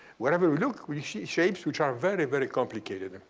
wherever we look, we see shapes which are very, very complicated.